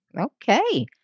Okay